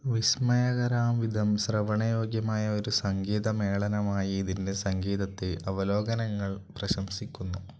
വിസ്മയകരാം വിധം ശ്രവണയോഗ്യമായ ഒരു സംഗീതമേളനമായി ഇതിൻ്റെ സംഗീതത്തെ അവലോകനങ്ങൾ പ്രശംസിക്കുന്നു